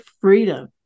freedom